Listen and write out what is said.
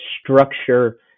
structure